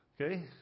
okay